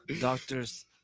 Doctors